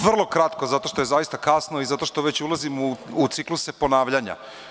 Vrlo kratko, zato što je zaista kasno i zato što već ulazimo u cikluse ponavljanja.